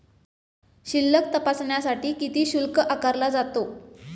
शिल्लक तपासण्यासाठी किती शुल्क आकारला जातो?